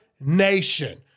nation